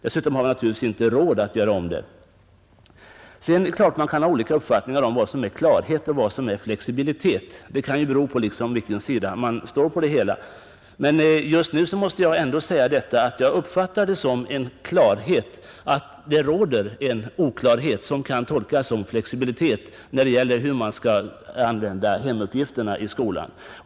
Dessutom har vi inte råd till en sådan förändring. Man kan ha olika uppfattningar om vad som är oklarhet och flexibilitet. Det kan vara beroende av vilken sida man står på. Jag uppfattar utbildningsministerns senaste uttalande som ett klarläggande när det gäller hur man skall använda hemuppgifterna i skolan.